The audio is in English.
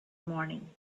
morning